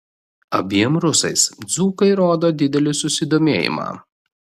abiem rusais dzūkai rodo didelį susidomėjimą